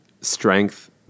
strength